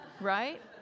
Right